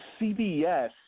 CBS